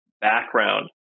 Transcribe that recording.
background